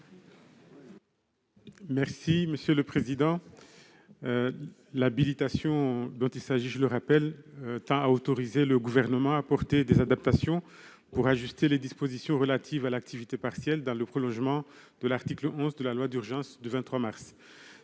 n° 100 rectifié. L'habilitation dont il s'agit tend à autoriser le Gouvernement à apporter des adaptations pour ajuster les dispositions relatives à l'activité partielle, dans le prolongement de l'article 11 de la loi d'urgence du 23 mars